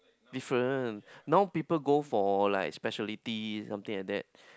different now people go for like specialty something like that